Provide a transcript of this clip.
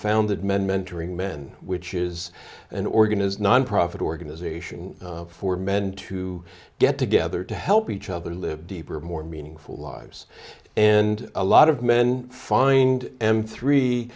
found that men mentoring men which is an organ is nonprofit organization for men to get together to help each other live deeper more meaningful lives and a lot of men find